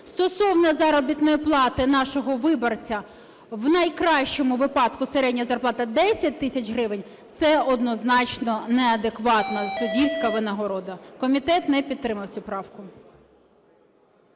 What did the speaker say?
стосовно заробітної плати нашого виборця, в найкращому випадку середня зарплата 10 тисяч гривень – це однозначно неадекватна суддівська винагорода. Комітет не підтримав цю правку.